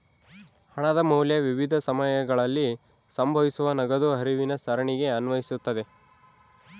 ಹಣದ ಮೌಲ್ಯ ವಿವಿಧ ಸಮಯಗಳಲ್ಲಿ ಸಂಭವಿಸುವ ನಗದು ಹರಿವಿನ ಸರಣಿಗೆ ಅನ್ವಯಿಸ್ತತೆ